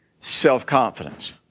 self-confidence